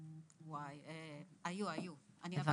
וואי, היו, היו.